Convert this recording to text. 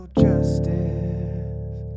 justice